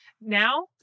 now